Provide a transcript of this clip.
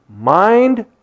mind